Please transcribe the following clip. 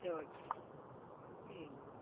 சரி ஓகே எப்படி